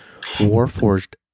Warforged